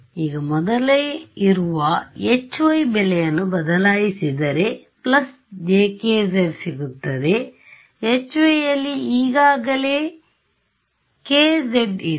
ಈಗ ಮೊದಲೆ ಇರುವ Hy ಬೆಲೆಯನ್ನು ಬದಲಾಯಿಸಿದರೆ jkzಸಿಗುತ್ತದೆHy ಯಲ್ಲಿ ಈಗಾಗಲೇ kz ಇದೆ